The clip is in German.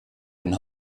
den